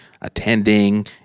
attending